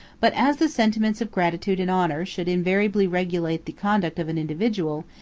but, as the sentiments of gratitude and honor should invariably regulate the conduct of an individual,